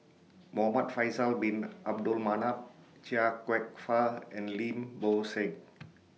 Muhamad Faisal Bin Abdul Manap Chia Kwek Fah and Lim Bo Seng